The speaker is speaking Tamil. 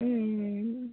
ம் ம்